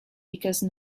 because